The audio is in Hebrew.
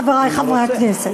חברי חברי הכנסת.